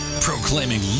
Proclaiming